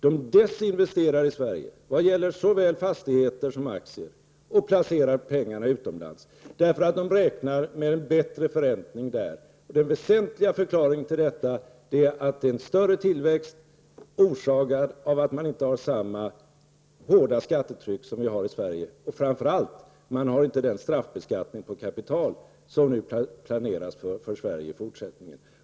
De desinvesterar i Sverige vad gäller såväl fastigheter som aktier och placerar pengarna utomlands. De räknar nämligen med bättre förräntning där. Den väsentliga förklaringen till detta är att det utomlands är en större tillväxt, orsakad av att man inte har samma hårda skattetryck som vi har här i Sverige. Och framför allt har man inte den straffbeskattning på kapital som nu planeras för Sverige i fortsättningen.